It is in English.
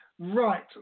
Right